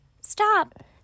stop